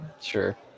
Sure